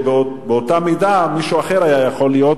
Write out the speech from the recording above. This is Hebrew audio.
כשבאותה מידה מישהו אחר היה יכול להיות,